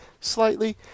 slightly